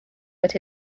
but